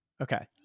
Okay